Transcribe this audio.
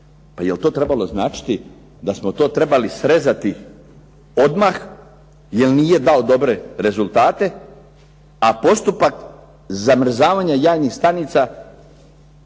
Pa jel to trebalo značiti da smo to trebali srezati odmah, jel nije dao dobre rezultate, a postupak zamrzavanja jajnih stanica